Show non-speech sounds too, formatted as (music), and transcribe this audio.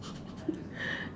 (laughs)